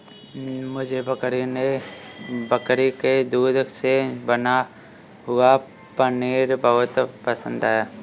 मुझे बकरी के दूध से बना हुआ पनीर बहुत पसंद है